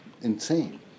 Insane